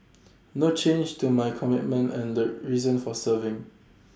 no change to my commitment and reason for serving